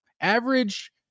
Average